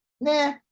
nah